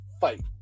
fight